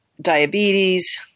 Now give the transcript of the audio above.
diabetes